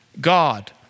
God